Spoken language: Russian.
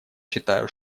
считаю